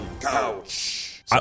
Couch